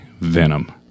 Venom